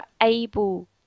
able